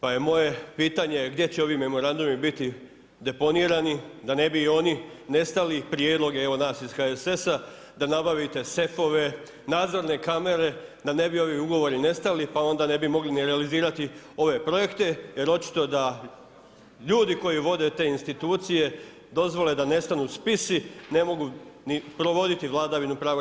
Pa je moje pitanje gdje će ovi memorandumi biti deponirani, da ne bi i oni nestali, prijedlog je evo nas iz HSS-a da nabavite sefove, nadzorne kamere, da ne bi ovi ugovori nestali, pa onda ne bi mogli ni realizirali ove projekte, jer očito da ljudi koji vode te institucije, dozvole da nestanu spisi, ne mogu ni provoditi vladavinu prava RH.